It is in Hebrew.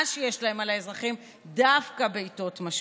שיש להם על האזרחים דווקא בעיתות משבר.